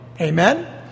Amen